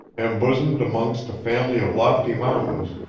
embosomed amongst a family of lofty mountains,